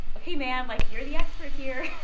ok, man, like, you're the expert here,